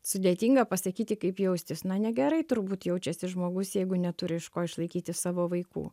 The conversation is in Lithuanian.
sudėtinga pasakyti kaip jaustis na negerai turbūt jaučiasi žmogus jeigu neturi iš ko išlaikyti savo vaikų